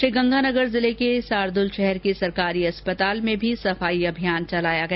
श्रीगंगानगर जिले के सादुलशहर के सरकारी असप्ताल में भी सफाई अभियान चलाया गया